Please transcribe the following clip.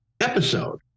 episode